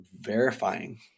verifying